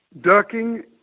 ducking